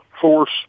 force